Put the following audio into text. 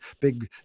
big